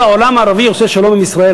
אם כל העולם הערבי עושה שלום עם ישראל,